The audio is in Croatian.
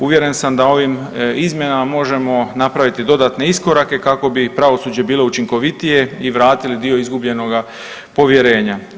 Uvjeren sam da ovim izmjenama možemo napraviti dodatne iskorake kako bi pravosuđe bilo učinkovitije i vratili dio izgubljenoga povjerenja.